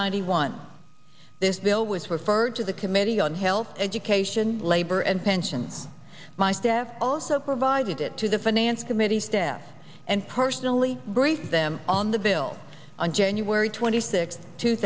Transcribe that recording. ninety one this bill was referred to the committee on health education labor and pensions my staff also provided it to the finance committee staff and personally briefed them on the bill on january twenty sixth two